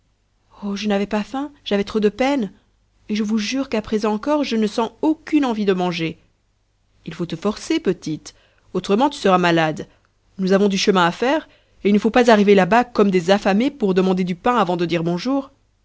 oh je n'avais pas faim j'avais trop de peine et je vous jure qu'à présent encore je ne sens aucune envie de manger il faut te forcer petite autrement tu seras malade nous avons du chemin à faire et il ne faut pas arriver là-bas comme des affamés pour demander du pain avant de dire bonjour